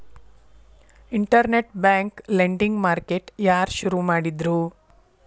Internet bank lending market ಯಾರ್ ಶುರು ಮಾಡಿದ್ರು?